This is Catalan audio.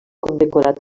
condecorat